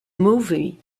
movie